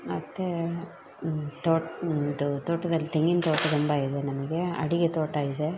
ಮತ್ತು ತೋಟ ಇದು ತೋಟದಲ್ಲಿ ತೆಂಗಿನ ತೋಟ ತುಂಬ ಇದೆ ನಮಗೆ ಅಡಿಕೆ ತೋಟ ಇದೆ